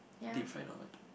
deep fried or what